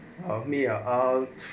uh me ah uh